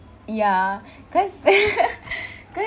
ya cause cause